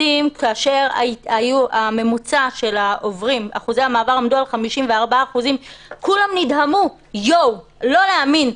כאשר אחוזי המעבר עמדו על 54% כולם נדהמו לא להאמין,